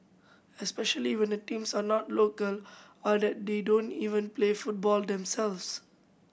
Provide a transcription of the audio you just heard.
especially when the teams are not local or that they don't even play football themselves